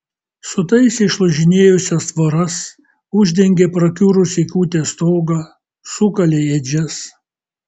sutaisė išlūžinėjusias tvoras uždengė prakiurusį kūtės stogą sukalė ėdžias